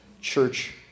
church